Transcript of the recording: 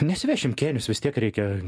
nesivešim kėnius vis tiek reikia